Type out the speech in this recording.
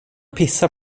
pissar